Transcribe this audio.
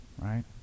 Right